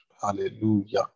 Hallelujah